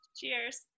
cheers